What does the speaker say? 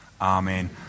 Amen